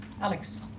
Alex